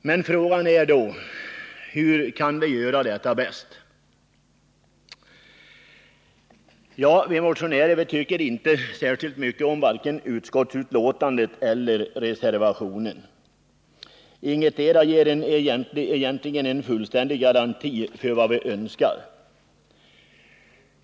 Men frågan är: Hur kan vi göra det på bästa sätt? Vi motionärer tycker inte särskilt mycket om utskottsbetänkandet och inte heller om reservationen. Varken utskottets förslag eller reservationen ger någon fullständig garanti för den utveckling som vi önskar.